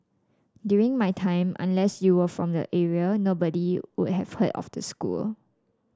during my time unless you were from the area nobody would have heard of the school